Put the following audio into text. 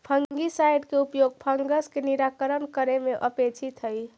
fungicide के उपयोग fungus के निराकरण करे में अपेक्षित हई